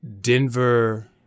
Denver